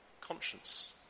conscience